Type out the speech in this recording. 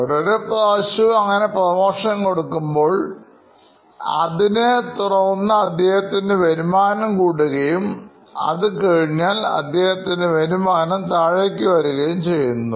ഓരോ ഓരോ പ്രാവശ്യവും അങ്ങനെ പ്രമോഷൻ കൊടുക്കുമ്പോൾ അതിനെ തുടർന്ന് അദ്ദേഹത്തിന് വരുമാനംകൂടുകയും അതുകഴിഞ്ഞാൽ അദ്ദേഹത്തിൻറെവരുമാനം താഴേക്ക് വരികയും ചെയ്യുന്നു